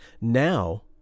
Now